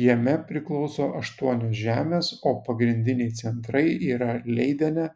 jame priklauso aštuonios žemės o pagrindiniai centrai yra leidene